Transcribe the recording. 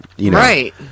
Right